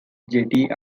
jetty